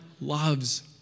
loves